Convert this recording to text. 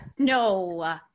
No